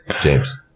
James